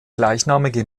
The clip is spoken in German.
gleichnamige